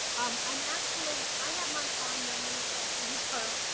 um i'm actually, i have my fond memories, dr. navarro,